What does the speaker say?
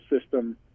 system